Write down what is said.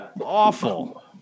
awful